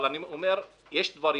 אבל יש דברים,